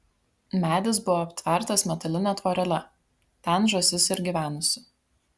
medis buvo aptvertas metaline tvorele ten žąsis ir gyvenusi